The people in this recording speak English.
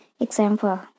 Example